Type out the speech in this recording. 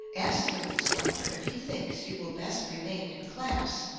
ask your instructor if he thinks you will best remain in class,